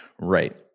right